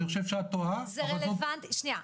שנייה,